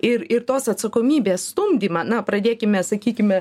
ir ir tos atsakomybės stumdymą na pradėkime sakykime